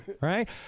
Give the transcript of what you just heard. right